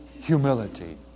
humility